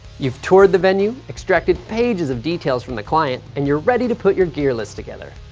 you've toured the venue, extracted pages of details from the client, and you're ready to put your gear list together.